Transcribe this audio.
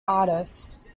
artists